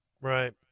Right